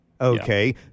Okay